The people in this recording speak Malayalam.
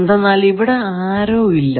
എന്തെന്നാൽ ഇവിടെ ആരോ ഇല്ല